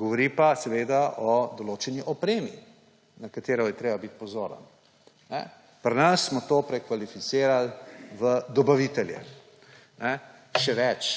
Govori pa seveda o določeni opremi, na katero je treba biti pozoren. Pri nas smo to prekvalificirali v dobavitelje. Še več,